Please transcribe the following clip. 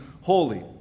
holy